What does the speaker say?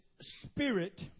spirit